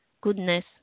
goodness